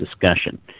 discussion